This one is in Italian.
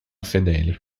fedeli